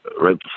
Right